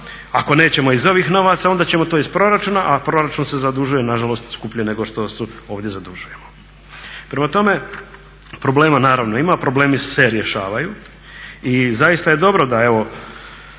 Ako nećemo iz ovih novaca onda ćemo to iz proračuna, a proračun se zadužuje nažalost skuplje nego što se ovdje zadužujemo. Prema tome problema naravno ima, problemi se rješavaju i zaista je dobro da evo